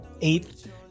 eighth